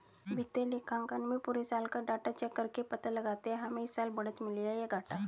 वित्तीय लेखांकन में पुरे साल का डाटा चेक करके पता लगाते है हमे इस साल बढ़त मिली है या घाटा